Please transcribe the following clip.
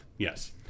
Yes